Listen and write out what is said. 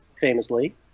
famously